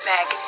Meg